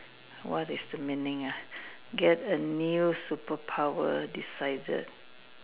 what is the meaning ah get a new superpower decided